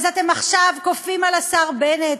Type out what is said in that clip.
אז אתם עכשיו כופים על השר בנט,